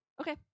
Okay